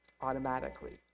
automatically